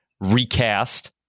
recast